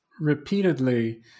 repeatedly